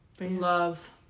love